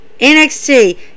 NXT